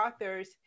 authors